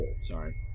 Sorry